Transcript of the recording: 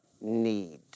need